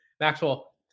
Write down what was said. Maxwell